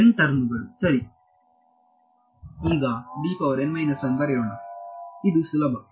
N term ಗಳು ಸರಿ ಈಗ ಬರೆಯೋಣ ಇದು ಸುಲಭ